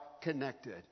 connected